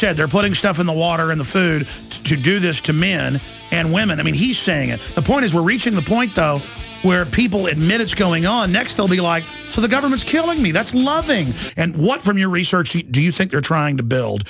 said they're putting stuff in the water in the food to do this to men and women i mean he's saying it the point is we're reaching the point though where people admit it's going oh next they'll be like for the government's killing me that's loving and one from your research do you think you're trying to build